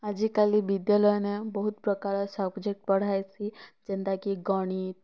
ଆଜିକାଲି ବିଦ୍ୟାଲୟନେ ବହୁତ୍ ପ୍ରକାର୍ ସବଜେଟ୍ ପଢ଼ାହେସି ଯେନ୍ତା କି ଗଣିତ୍